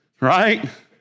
right